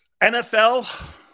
NFL